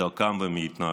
מדרכם ומהתנהלותם.